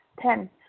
Ten